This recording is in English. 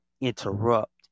interrupt